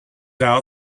out